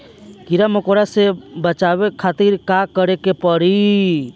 कीड़ा मकोड़ा से बचावे खातिर का करे के पड़ी?